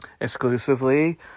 exclusively